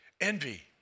Envy